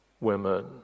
women